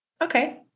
Okay